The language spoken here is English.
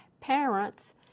parents